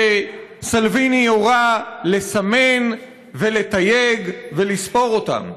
שסלביני הורה לסמן ולתייג ולספור אותם.